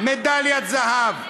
מדליית זהב.